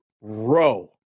row